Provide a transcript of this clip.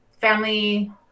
family